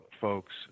folks